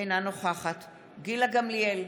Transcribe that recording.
אינה נוכחת גילה גמליאל,